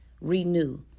renew